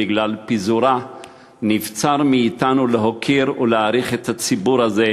בגלל פיזורה נבצר מאתנו להוקיר ולהעריך את הציבור הזה,